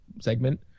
segment